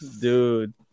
dude